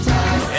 Time